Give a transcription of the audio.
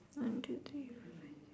one two three four five